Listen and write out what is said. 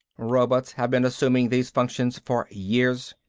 robots have been assuming these functions for years.